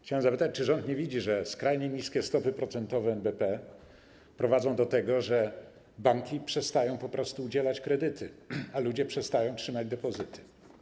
Chciałem zapytać, czy rząd nie widzi, że skrajnie niskie stopy procentowe NBP prowadzą do tego, że banki przestają udzielać kredytów, a ludzie przestają trzymać depozyty.